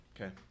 Okay